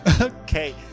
okay